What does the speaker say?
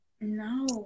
No